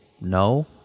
no